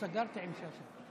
יש בקשה לוועדות